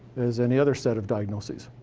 as any other set of diagnoses.